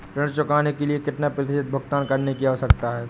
ऋण चुकाने के लिए कितना प्रतिशत भुगतान करने की आवश्यकता है?